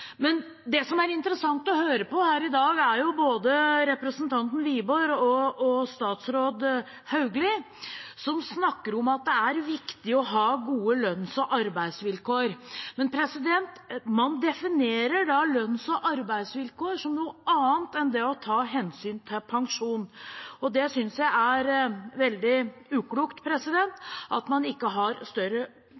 men man definerer da lønns- og arbeidsvilkår som noe annet enn det å ta hensyn til pensjon. Jeg synes det er veldig uklokt